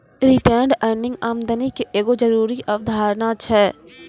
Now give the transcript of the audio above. retained earning आमदनी के एगो जरूरी अवधारणा छै